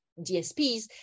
DSPs